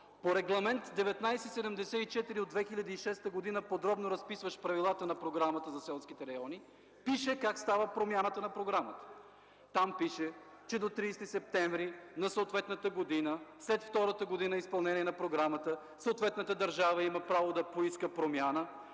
по Регламент 1974 от 2006 г., подробно разписващ правилата на Програмата за развитие на селските райони, пише как става промяната на програмата. Там пише, че до 30 септември на съответната година, след втората година изпълнение на програмата, съответната държава има право да поиска промяна,